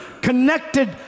connected